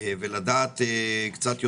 ולדעת קצת יותר,